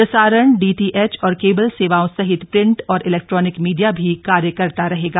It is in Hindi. प्रसारण डीडीएच और केबल सेवाओं सहित प्रिंट और इलैक्ट्रोनिक मीडिया भी कार्य करता रहेगा